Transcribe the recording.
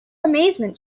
amazement